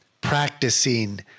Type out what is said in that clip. practicing